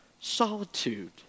Solitude